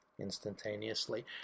Instantaneously